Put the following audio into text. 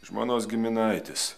žmonos giminaitis